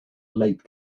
late